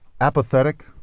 apathetic